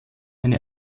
eine